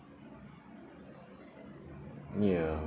ya